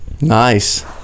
Nice